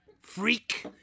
freak